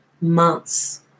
Months